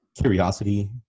curiosity